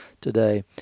today